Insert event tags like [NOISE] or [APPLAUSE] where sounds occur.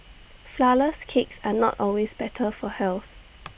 Flourless Cakes are not always better for health [NOISE]